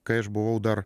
kai aš buvau dar